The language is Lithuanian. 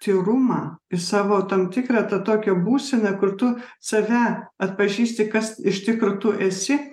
tyrumą į savo tam tikrą tą tokią būseną kur tu save atpažįsti kas iš tikro tu esi